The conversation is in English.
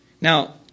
Now